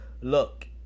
look